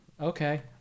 okay